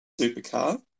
supercar